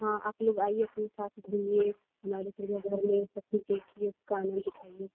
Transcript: हाँ आप लोग आइए अपने हिसाब से घूमिए हमारे चिड़ियाघर में सब कुछ देखिए उसका आनंद उठाइए